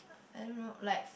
I don't know like